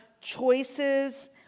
choices